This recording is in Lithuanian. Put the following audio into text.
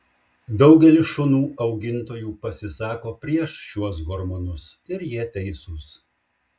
daugelis šunų augintojų pasisako prieš šiuos hormonus ir jie teisūs